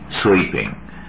sleeping